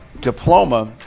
diploma